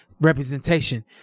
representation